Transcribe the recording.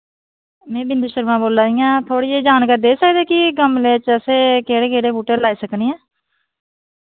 में बिंदु शर्मा बोला दियां थोह्ड़ी जेई जानकारी देई सकदे की गमले च असें केह्ड़े केह्ड़े बूह्टे लाई सकने ऐं